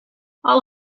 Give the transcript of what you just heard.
all